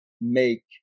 make